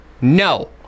no